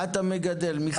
מה אתה מגדל מיכאל?